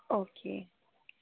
okay